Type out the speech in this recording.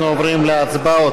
אנחנו עוברים להצבעות.